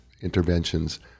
interventions